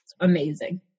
amazing